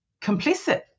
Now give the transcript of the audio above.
complicit